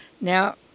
Now